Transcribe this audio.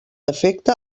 efecte